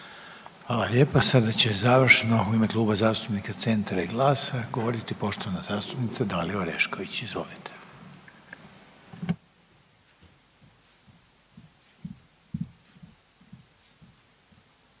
Hvala lijepa. Sada će završno u ime Kluba zastupnika Centra i GLAS-a govoriti poštovana zastupnica Dalija Orešković. Izvolite.